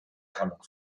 coming